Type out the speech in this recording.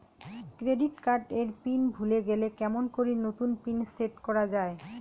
Credit card এর pin ভুলে গেলে কেমন করি নতুন পিন সেট করা য়ায়?